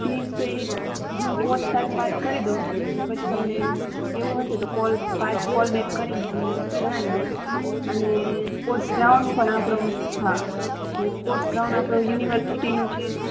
ફીજસ તો ઇ હું કોર્ચ સાથે વાત કરી દયું ઇ પછી તમને એવું હસે તો કોલ પાંચ કોલ બેક કરીને તમને જણાવી દઇશ અને સ્પોર્ટ્સ ગ્રાઉન્ડ પણ આપણો હા ને સ્પોર્ટ્સ ગ્રાઉન્ડ આપણો યુનિવર સિટીનો છે જ